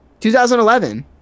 2011